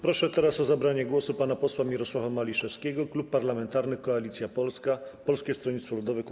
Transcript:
Proszę o zabranie głosu pana posła Mirosława Maliszewskiego, Klub Parlamentarny Koalicja Polska - Polskie Stronnictwo Ludowe - Kukiz15.